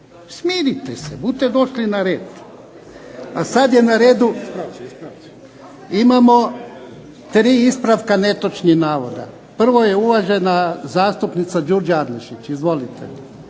Smirite se, bute došli na red. A sad je na redu. Imamo tri ispravka netočnih navoda. Prvo je uvažena zastupnica Đurđa Adlešić. Izvolite.